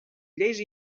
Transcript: lleis